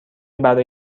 برای